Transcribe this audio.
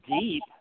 deep